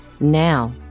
Now